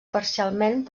parcialment